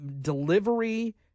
delivery